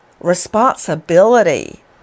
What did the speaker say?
responsibility